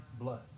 blood